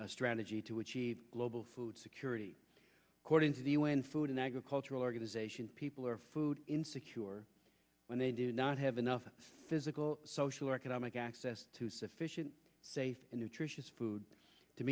d strategy to achieve global food security cordons the u n food and agricultural organization people are food insecure when they do not have enough physical social or economic access to sufficient safe nutritious food to